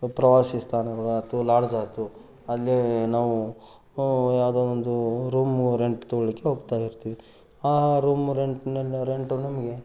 ಈ ಪ್ರವಾಸಿ ಸ್ಥಳಗಳು ಆಯ್ತು ಲಾಡ್ಜ್ ಆಯ್ತು ಅಲ್ಲಿ ನಾವು ಯಾವುದೋ ಒಂದು ರೂಮು ರೆಂಟ್ ತೊಗೊಳ್ಳಿಕ್ಕೆ ಹೋಗ್ತಾಯಿರ್ತಿವಿ ಆ ರೂಮು ರೆಂಟ್ ನಮ್ಮ ರೆಂಟು ನಮಗೆ